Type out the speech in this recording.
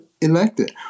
elected